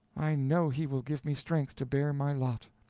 i know he will give me strength to bear my lot.